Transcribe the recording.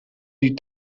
that